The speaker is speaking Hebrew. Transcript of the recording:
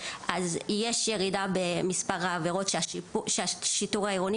יש ירידה במספר העבירות שהשיטור העירוני